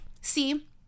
see